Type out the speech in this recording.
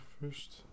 First